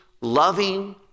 loving